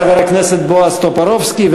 חבר הכנסת בועז טופורובסקי,